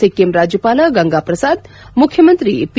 ಸಿಕ್ಕಿಂ ರಾಜ್ಯಪಾಲ ಗಂಗಾಪ್ರಸಾದ್ ಮುಖ್ಯಮಂತ್ರಿ ಪಿ